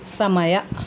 ಸಮಯ